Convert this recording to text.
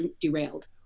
derailed